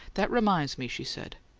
that reminds me, she said.